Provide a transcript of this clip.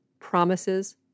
promises